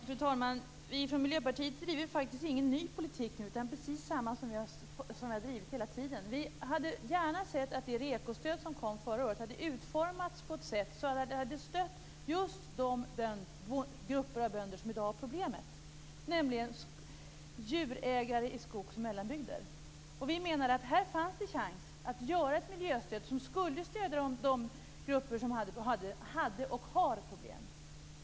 Fru talman! Vi från Miljöpartiet driver faktiskt ingen ny politik nu, utan det är precis samma som vi har drivit hela tiden. Vi hade gärna sett att det REKO stöd som kom förra året hade utformats på ett sådant sätt att det hade stött just de grupper av bönder som i dag har problem, nämligen djurägare i skogs och mellanbygder. Vi menar att det fanns en chans här att göra ett miljöstöd som skulle stödja de grupper som hade och har problem.